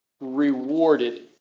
rewarded